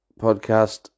podcast